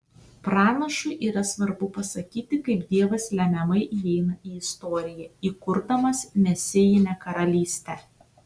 pranašui yra svarbu pasakyti kaip dievas lemiamai įeina į istoriją įkurdamas mesijinę karalystę